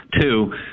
two